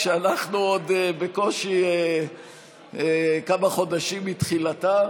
כשאנחנו עוד בקושי כמה חודשים מתחילתה.